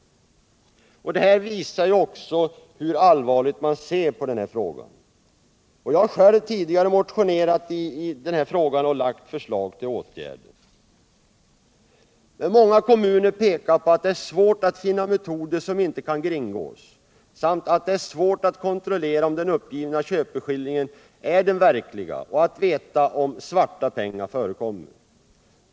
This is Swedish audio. Det visar hur allvarligt man ser på denna sak. Jag har själv tidigare motionerat i denna fråga och framlagt förslag till åtgärder. Många kommuner pekar emellertid på att det är svårt att finna metoder som inte kan kringgås samt att det är svårt att kontrollera om den uppgivna köpeskillingen är den verkliga och att veta om ”svarta pengar” förekommer.